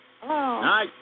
Hi